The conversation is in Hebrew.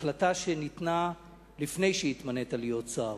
החלטה שניתנה לפני שהתמנית לשר.